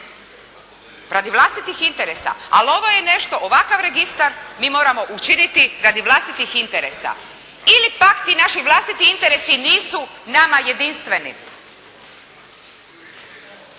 radi vlastitih interesa, ali ovo je nešto, ovakav registar mi moramo učiniti radi vlastitih interesa, ili pak ti naši vlastiti interesi nisu nama jedinstveni.